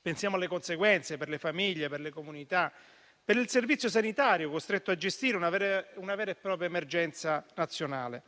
Pensiamo alle conseguenze per le famiglie, per le comunità e per il Servizio sanitario nazionale, costretto a gestire una vera e propria emergenza nazionale.